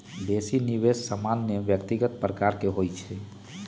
बेशी निवेश सामान्य व्यक्तिगत प्रकार के होइ छइ